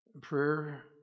prayer